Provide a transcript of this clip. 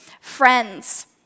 friends